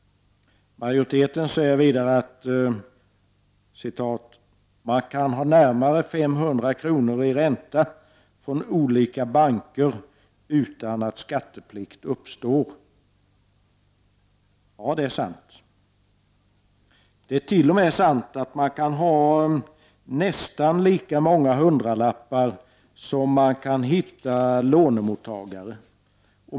Majoriteten säger vidare att ”man kan ha närmare 500 kr. i ränta från olika banker utan att skatteplikt uppstår”. Ja, det är sant. Det är t.o.m. sant att man kan ha nästan lika många hundralappar som man kan hitta lånemottagare.